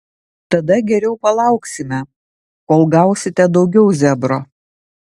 tada geriau palauksime kol gausite daugiau zebro